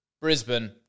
Brisbane